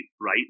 right